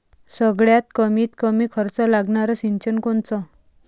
सगळ्यात कमीत कमी खर्च लागनारं सिंचन कोनचं?